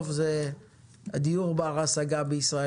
1) דיור בר-השגה בישראל,